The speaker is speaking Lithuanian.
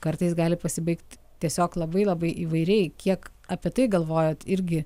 kartais gali pasibaigt tiesiog labai labai įvairiai kiek apie tai galvojot irgi